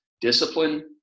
discipline